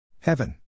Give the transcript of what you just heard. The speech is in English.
Heaven